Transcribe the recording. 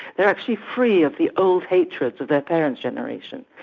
they're actually free of the old hatreds of their parents' generation.